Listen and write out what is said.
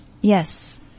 Yes